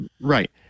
Right